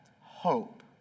hope